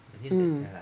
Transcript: um